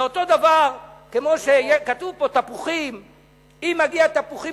זה אותו דבר כמו שיהיה כתוב פה: אם מגיעים תפוחים